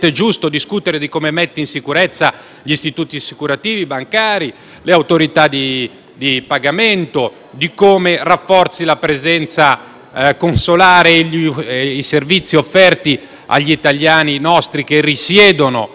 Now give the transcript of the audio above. gli istituti assicurativi e bancari, le autorità di pagamento, su come rafforzare la presenza consolare e i servizi offerti agli italiani che risiedono nel Regno